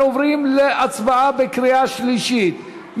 אנחנו עוברים להצבעה בקריאה שלישית.